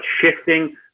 shifting